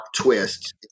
twist